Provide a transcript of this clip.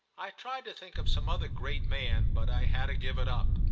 i tried to think of some other great man, but i had to give it up.